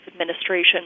administration